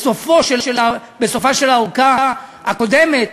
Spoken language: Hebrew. בסופה של הארכה הקודמת